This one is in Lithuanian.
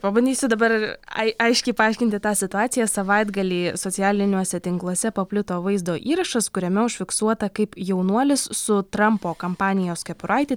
pabandysiu dabar ai aiškiai paaiškinti tą situaciją savaitgalį socialiniuose tinkluose paplito vaizdo įrašas kuriame užfiksuota kaip jaunuolis su trampo kampanijos kepuraite